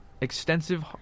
extensive